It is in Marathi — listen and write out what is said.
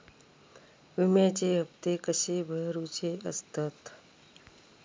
विम्याचे हप्ते कसे भरुचे असतत?